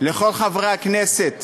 לכל חברי הכנסת